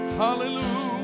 hallelujah